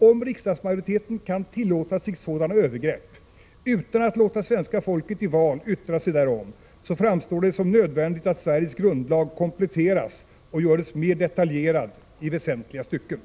Om riksdagsmajoriteten kan tillåta sig ett sådant övergrepp utan att låta svenska folket i val yttra sig därom, så framstår det som nödvändigt att Sveriges grundlag kompletteras och i väsentliga stycken görs mer detaljerad.